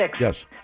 Yes